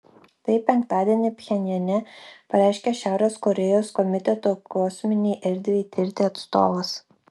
tai penktadienį pchenjane pareiškė šiaurės korėjos komiteto kosminei erdvei tirti atstovas